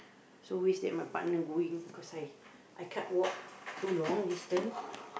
so I always take my partner going cause I I can't walk too long distance